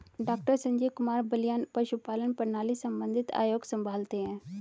doctor Sanjeev Kumar Balyan पशुपालन प्रणाली संबंधित आयोग संभालते हैं